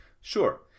Sure